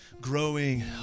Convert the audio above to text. growing